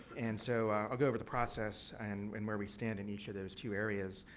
and, so, i'll go over the process and and where we stand in each of those two areas.